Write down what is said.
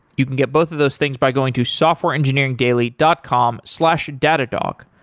you can get both of those things by going to softwareengineeringdaily dot com slash datadog.